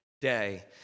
day